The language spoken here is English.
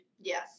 Yes